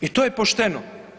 I to je pošteno.